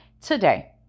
today